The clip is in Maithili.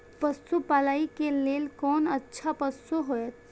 पशु पालै के लेल कोन अच्छा पशु होयत?